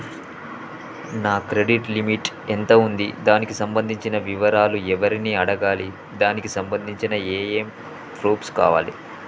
నా credit limit ఎంత ఉంది? దానికి సంబంధించిన వివరాలు ఎవరిని అడగాలి? దానికి సంబంధించిన ఏమేం ప్రూఫ్స్ కావాలి?